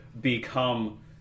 become